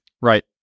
Right